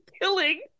killing